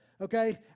okay